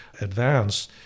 advance